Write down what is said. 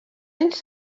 anys